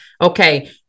Okay